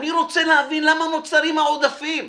אני רוצה להבין למה נוצרים העודפים.